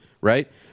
right